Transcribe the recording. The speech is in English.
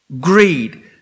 Greed